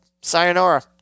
sayonara